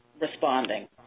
responding